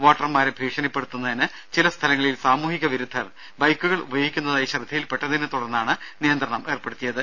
വോട്ടർമാരെ ഭീഷണിപ്പെടുത്തുന്നതിന് ചില സ്ഥലങ്ങളിൽ സാമൂഹിക വിരുദ്ധർ ബൈക്കുകൾ ഉപയോഗിക്കുന്ന തായി ശ്രദ്ധയിൽപ്പെട്ടതിനെ തുടർന്നാണ് നിയന്ത്രണം ഏർപ്പെടുത്തി യത്